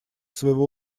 своего